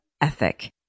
Ethic